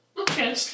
Okay